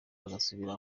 agasubira